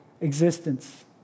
existence